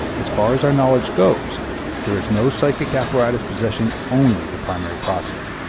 as far as our knowledge goes there is no psychic apparatus possessing only the primary process,